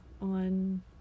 on